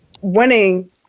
winning